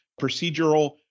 procedural